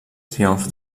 triomf